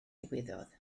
ddigwyddodd